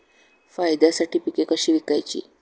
फायद्यासाठी पिके कशी विकायची?